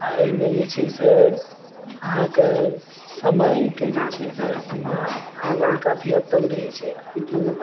आ एहिमे जे छै से अहाँके समयके जे छै से सीमा आबन काफी हद तक रहै छै पितु